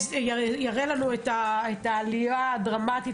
הוא יראה לנו את העלייה הדרמטית,